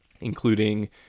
including